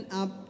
up